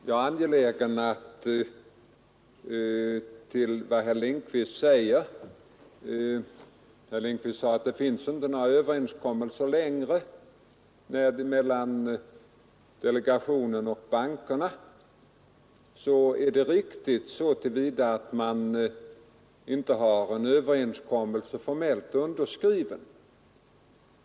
Herr talman! Jag är angelägen om att göra ett påpekande med anledning av vad herr Lindkvist säger. Han sade att det inte finns några överenskommelser mellan delegationen och bankerna. Det är riktigt så till vida att man inte har någon överenskommelse formellt underskriven.